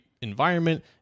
environment